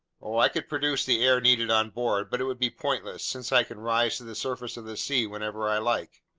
oh, i could produce the air needed on board, but it would be pointless since i can rise to the surface of the sea whenever i like.